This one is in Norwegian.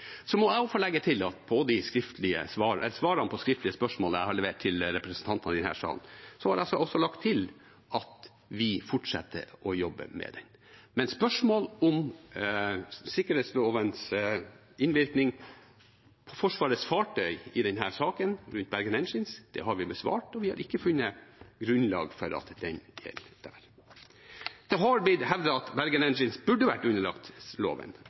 Så må jeg også få legge til at i mine svar på de skriftlige spørsmålene, som jeg har levert til representanter i denne salen, har jeg også lagt til at vi fortsetter å jobbe med den. Men spørsmål om sikkerhetslovens innvirkning på Forsvarets fartøyer i denne saken, rundt Bergen Engines, de har vi besvart, og vi har ikke funnet grunnlag for at den gjelder der. Det har blitt hevdet at Bergen Engines burde vært underlagt